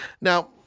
now